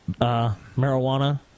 marijuana